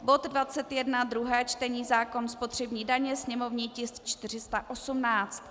Bod 21 druhé čtení zákon spotřební daně sněmovní tisk 418.